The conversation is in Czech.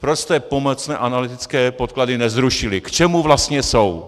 Proč jste pomocné analytické podklady nezrušili, k čemu vlastně jsou?